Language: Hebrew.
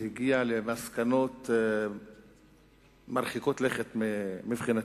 והגיע למסקנות מרחיקות לכת מבחינתי.